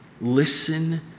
listen